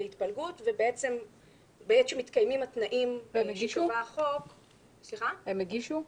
בעת שמתקיימים התנאים שקבע ההסכם --- הם הגישו?